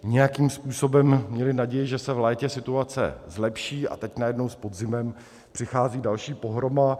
Nějakým způsobem měli naději, že se v létě situace zlepší, a teď najednou s podzimem přichází další pohroma.